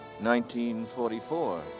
1944